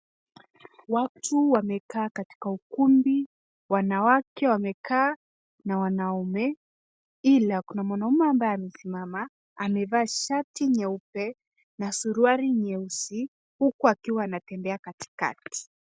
Watu wamekaa katika ukumbi wanawake wamekaa na wanaume, ila kuna mwanaume ambaye amesimama. Amevaa shati nyeupe na suruali nyeusi huku akiwa anatembea katikati.